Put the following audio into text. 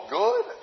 good